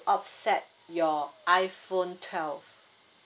offset your iphone twelve